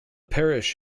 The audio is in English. parish